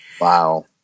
wow